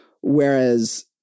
Whereas